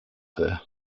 there